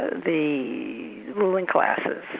the ruling classes